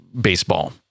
baseball